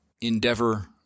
endeavor